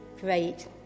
great